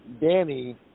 Danny